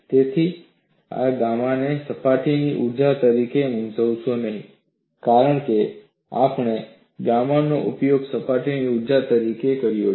તેથી આ ગામાને સપાટીની ઊર્જા તરીકે મૂંઝવશો નહીં કારણ કે આપણે ગામાનો ઉપયોગ સપાટીની ઊર્જા તરીકે કર્યો છે